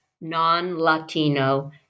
non-Latino